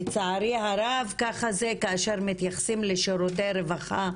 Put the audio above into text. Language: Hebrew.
לצערי הרב, ככה זה כאשר מתייחסים לשירותי רווחה,